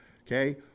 Okay